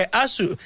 asu